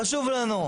חשוב לנו,